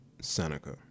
Seneca